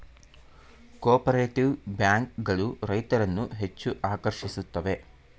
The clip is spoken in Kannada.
ಕೋಪರೇಟಿವ್ ಬ್ಯಾಂಕ್ ಗಳು ರೈತರನ್ನು ಹೆಚ್ಚು ಆಕರ್ಷಿಸುತ್ತವೆ